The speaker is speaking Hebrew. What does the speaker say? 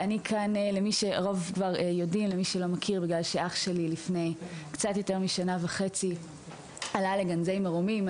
אני כאן בגלל שאח שלי לפני שנה וחצי עלה לגנזי מרומים.